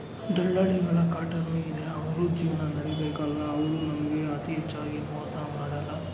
ದಲ್ಲಾಳಿಗಳ ಕಾಟನೂ ಇದೆ ಅವರು ಜೀವನ ನಡಿಬೇಕಲ್ಲ ಅವರು ನಮಗೆ ಅತಿ ಹೆಚ್ಚಾಗಿ ಮೋಸ ಮಾಡೋಲ್ಲ